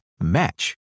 match